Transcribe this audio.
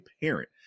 parent